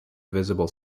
visible